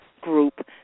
Group